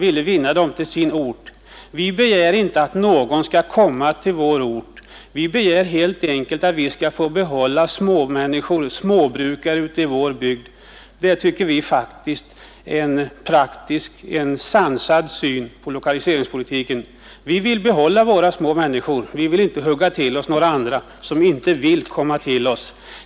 I detta fall begär vi inte att någon skall komma till vår ort; vi begär bara att få behålla de människorna, småbrukarna, i vår bygd. Det tycker vi är en praktisk och sansad syn på lokaliseringspolitiken. Vi vill behålla våra människor. Vi vill inte hugga till oss några andra, som inte önskar komma till oss.